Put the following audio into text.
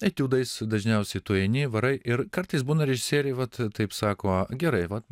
etiudais dažniausiai tu eini varai ir kartais būna režisieriai vat taip sako gerai vat